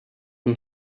und